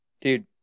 Dude